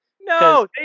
No